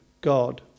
God